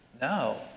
No